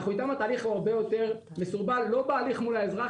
איתן התהליך הוא הרבה יותר מסורבל - לא בהליך מול האזרח,